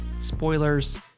Spoilers